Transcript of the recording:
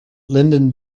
lyndon